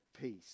peace